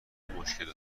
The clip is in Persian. مشکل